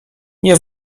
nie